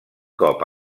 cop